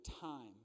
time